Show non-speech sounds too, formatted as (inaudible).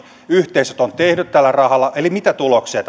yhteisöt ovat tehneet tällä rahalla eli mitä tuloksia (unintelligible)